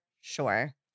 sure